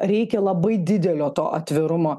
reikia labai didelio to atvirumo